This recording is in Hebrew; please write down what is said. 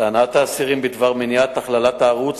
טענת האסירים בדבר מניעת הכללת הערוץ